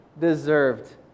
deserved